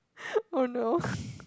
oh no